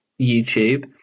YouTube